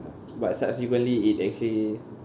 but subsequently it actually